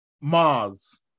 Mars